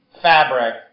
fabric